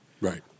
Right